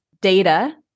data